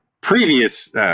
previous